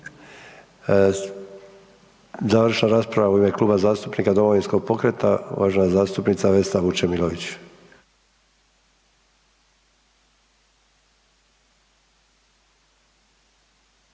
Završna rasprava u ime Kluba zastupnika Domovinskog pokreta, uvažena zastupnica Vesna Vučemilović.